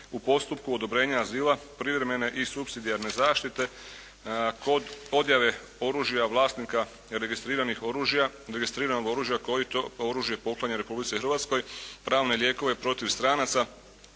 u postupku odobrenja azila prijevremene i supsidijarne zaštite kod podjele oružja vlasnika registriranih oružja koji to oružje poklanja Republici Hrvatskoj, pravne lijekove protiv stranaca,